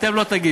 אתם לא תגישו.